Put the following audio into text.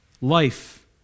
Life